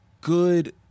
good